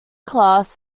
class